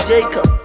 Jacob